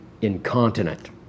incontinent